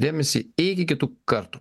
dėmesį iki kitų kartų